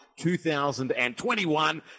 2021